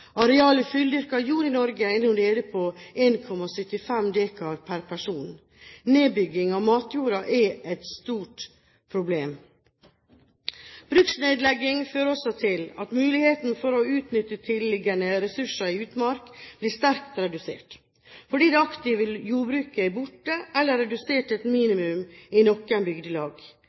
Arealet fulldyrket jord i Norge er nå nede på 1,75 dekar per person. Nedbygging av matjord er et stort problem. Bruksnedlegging fører også til at muligheten for å utnytte tilliggende ressurser i utmark blir sterkt redusert, fordi det aktive jordbruket er borte eller redusert til et minimum i noen bygdelag.